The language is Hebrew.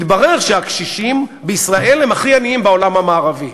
מתברר שהקשישים בישראל הם הכי עניים בעולם המערבי.